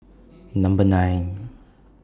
Number nine